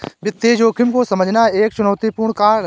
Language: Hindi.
वित्तीय जोखिम को समझना एक चुनौतीपूर्ण कार्य है